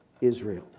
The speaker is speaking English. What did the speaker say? Israel